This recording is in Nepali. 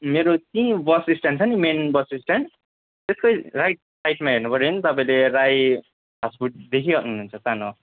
मेरो त्यहीँ बस स्ट्यान्ड छ नि मेन बस स्ट्यान्ड त्यसकै राइट साइडमा हेर्नुपर्यो नि तपाईँले राई फास्टफुड देखिहाल्नु हुन्छ सानो